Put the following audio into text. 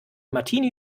martini